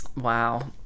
Wow